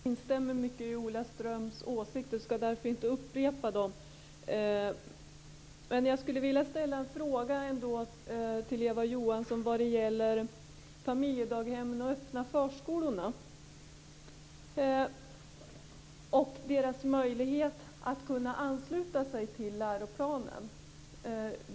Fru talman! Jag instämmer i många av Ola Ströms åsikter och skall därför inte upprepa dem. Men jag skulle ändå vilja ställa en fråga till Eva Johansson som gäller familjedaghemmen och de öppna förskolorna och deras möjligheter att ansluta sig till läroplanen.